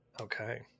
Okay